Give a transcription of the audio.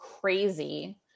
crazy